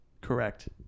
Correct